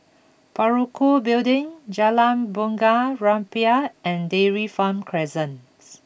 Parakou Building Jalan Bunga Rampai and Dairy Farm Crescents